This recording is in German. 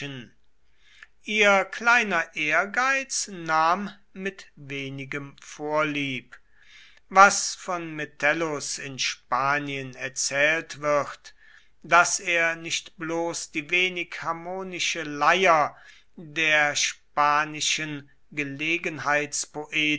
ihr kleiner ehrgeiz nahm mit wenigem vorlieb was von metellus in spanien erzählt wird daß er nicht bloß die wenig harmonische leier der spanischen